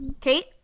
Kate